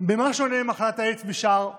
במה שונה מחלת האיידס משאר המחלות?